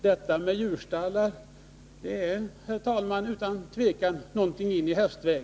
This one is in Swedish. Detta med djurstallar är, herr talman, någonting i hästväg.